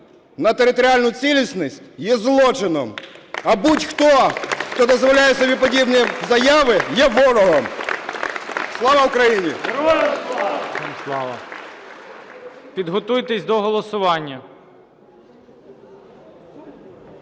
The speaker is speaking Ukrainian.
на територіальну цілісність є злочином. А будь-хто, хто дозволяє собі подібні заяви, є ворогом. Слава Україні! ГОЛОВУЮЧИЙ. Підготуйтесь до голосування.